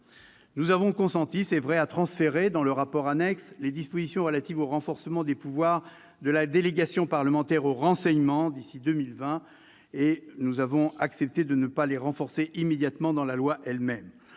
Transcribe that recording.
Nous avons, il est vrai, consenti à transférer dans le rapport annexé les dispositions relatives au renforcement des pouvoirs de la délégation parlementaire au renseignement d'ici à 2020 et accepté de ne pas les renforcer immédiatement dans la loi elle-même.